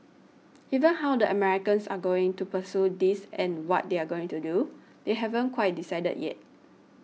even how the Americans are going to pursue this and what they're going to do they haven't quite decided yet